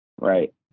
Right